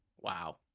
wow